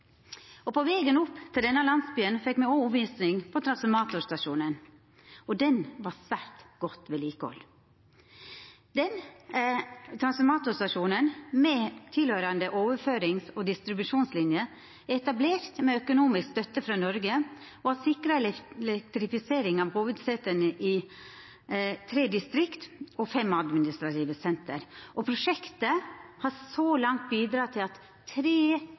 På vegen opp til denne landsbyen fekk me også omvising på transformatorstasjonen. Han var svært godt vedlikehalden. Transformatorstasjonen, med tilhøyrande overførings- og distribusjonslinjer, er etablert med økonomisk støtte frå Noreg og har sikra elektrifisering av hovudseta i tre distrikt og fem administrative senter. Prosjektet har så langt bidrege til at